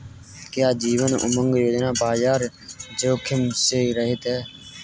क्या जीवन उमंग योजना बाजार जोखिम से रहित है?